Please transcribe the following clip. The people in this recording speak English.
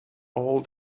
all